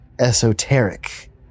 Esoteric